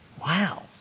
Wow